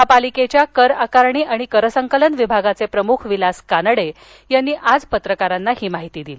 महापालिकेच्या कर आकारणी आणि करसंकलन विभागाचे प्रमुख विलास कानडे यांनी आज पत्रकारांना ही माहिती दिली